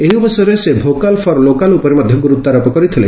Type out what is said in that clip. ଏହି ଅବସରରେ ସେ ଭୋକାଲ୍ ଫର୍ ଲୋକାଲ୍ ଉପରେ ମଧ୍ୟ ଗୁରୁତ୍ୱାରୋପ କରିଥିଲେ